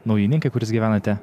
naujininkai kur jūs gyvenate